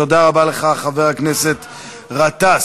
תודה רבה לך, חבר הכנסת גטאס.